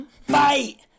Fight